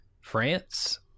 france